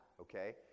okay